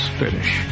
finish